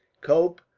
cope,